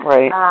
Right